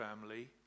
family